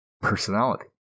Personality